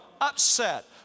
upset